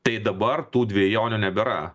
tai dabar tų dvejonių nebėra